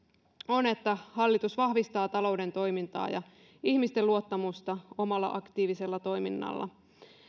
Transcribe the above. on että hallitus vahvistaa talouden toimintaa ja ihmisten luottamusta omalla aktiivisella toiminnalla